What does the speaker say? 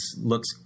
looks